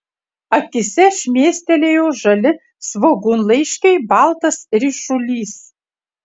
akyse šmėstelėjo žali svogūnlaiškiai baltas ryšulys